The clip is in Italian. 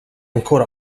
ancor